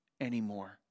anymore